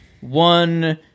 one